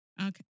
Okay